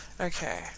Okay